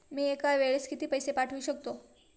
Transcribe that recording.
मी एका वेळेस किती पैसे पाठवू शकतो?